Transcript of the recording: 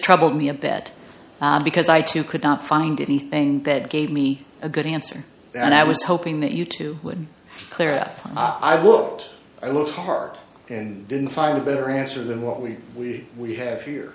troubled me a bet because i too could not find anything that gave me a good answer and i was hoping that you two would clear up i've looked i looked hard and didn't find a better answer than what we we we have here